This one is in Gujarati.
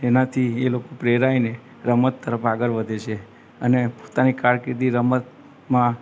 એનાથી એ લોકો પ્રેરાઈને રમત તરફ આગળ વધે છે અને પોતાની કારકિર્દી રમતમાં